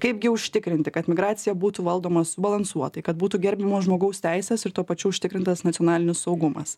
kaipgi užtikrinti kad migracija būtų valdoma subalansuotai kad būtų gerbiamos žmogaus teises ir tuo pačiu užtikrintas nacionalinis saugumas